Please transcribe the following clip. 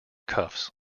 cuffs